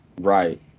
Right